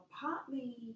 partly